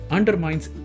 Undermines